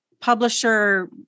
publisher